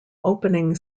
opening